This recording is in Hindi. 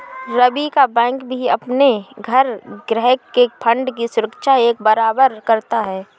रवि का बैंक भी अपने हर ग्राहक के फण्ड की सुरक्षा एक बराबर करता है